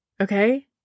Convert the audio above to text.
Okay